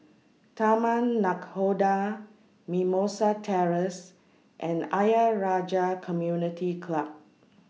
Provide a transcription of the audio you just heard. Taman Nakhoda Mimosa Terrace and Ayer Rajah Community Club